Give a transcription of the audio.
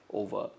over